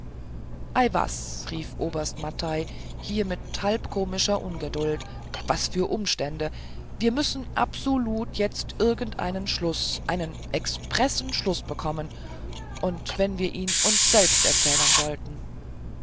was rief oberst mathey hier mit halb komischer ungeduld was für umstände wir müssen absolut jetzt irgendeinen schluß einen expressen schluß bekommen und wenn wir ihn uns selbst erzählen sollten